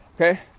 Okay